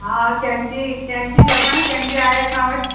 हा कैंची कैंची चओ था न कैंची आहे असां वटि